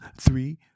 three